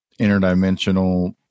interdimensional